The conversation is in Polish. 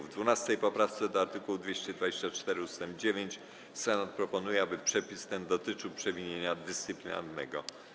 W 12. poprawce do art. 224 ust. 9 Senat proponuje, aby przepis ten dotyczył przewinienia dyscyplinarnego.